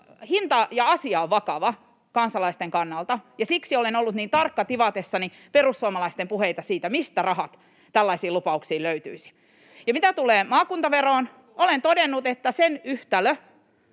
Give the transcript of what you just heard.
Asia on vakava kansalaisten kannalta, ja siksi olen ollut niin tarkka tivatessani perussuomalaisten puheita siitä, mistä rahat tällaisiin lupauksiin löytyisivät. Mitä tulee maakuntaveroon, olen todennut, että sen yhtälö